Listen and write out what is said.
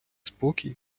спокій